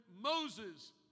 Moses